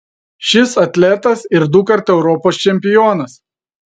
šis atletas ir dukart europos čempionas